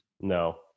No